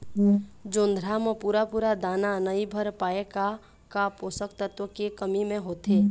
जोंधरा म पूरा पूरा दाना नई भर पाए का का पोषक तत्व के कमी मे होथे?